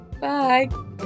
bye